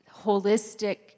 holistic